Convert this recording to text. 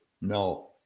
no